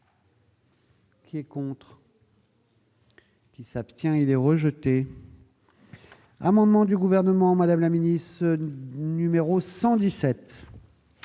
qui est pour. Qui s'abstient, il est rejeté amendement du gouvernement Madame la milice numéro 117.